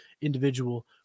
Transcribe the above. individual